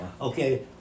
Okay